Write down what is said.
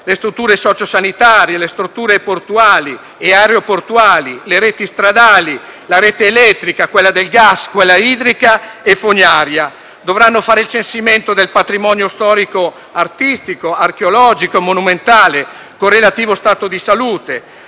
strutture socio-sanitarie, delle strutture portuali e aeroportuali, delle reti stradali, delle reti elettrica, del gas, idrica e fognaria. Dovranno inoltre fare il censimento del patrimonio storico, artistico, archeologico e monumentale, con relativo stato di salute.